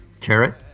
Carrot